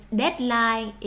deadline